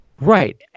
Right